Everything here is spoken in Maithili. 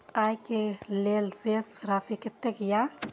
आय के लेल शेष राशि कतेक या?